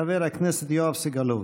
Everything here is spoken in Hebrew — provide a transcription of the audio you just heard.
חבר הכנסת יואב סגלוביץ'.